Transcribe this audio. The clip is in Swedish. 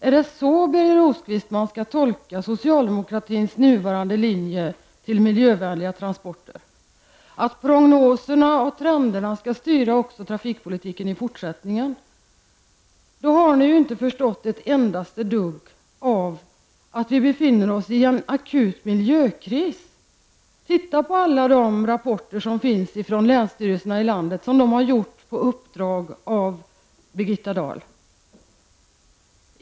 Är det så, Birger Rosqvist, som man skall tolka socialdemokratins nuvarande inställning till miljövänliga transporter? Vill ni att prognoserna och trenderna också i fortsättningen skall styra trafikpolitiken? I så fall har ni inte alls förstått att vi befinner oss i en akut miljökris. Ta del av alla rapporter från länsstyrelserna i landet, som har gjorts på uppdrag av Birgitta Dahl.